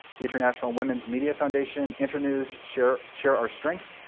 the international women's media foundation, internews, share share our strength,